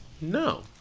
no